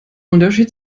unterschied